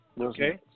Okay